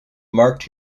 marked